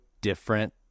different